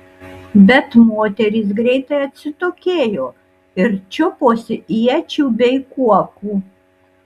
bet moterys greitai atsitokėjo ir čiuposi iečių bei kuokų